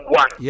one